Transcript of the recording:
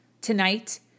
tonight